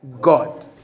God